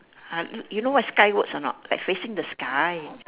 ah you you know what's skywards or not like facing the sky